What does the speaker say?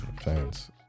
fans